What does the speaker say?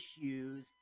shoes